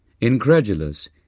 Incredulous